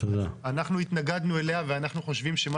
אנחנו התנגדנו אליה ואנחנו חושבים שמה